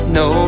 no